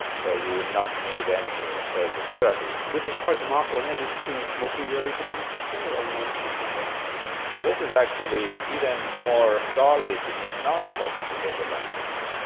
so you will not need any further therapy. which is quite remarkable. and and is this in smoking-related lung cancer or non-smoking related lung cancer? this is actually even more solid in non-smoking-related lung cancer.